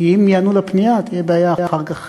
כי אם הם ייענו לפנייה תהיה אחר כך